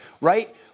right